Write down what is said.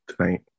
tonight